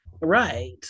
Right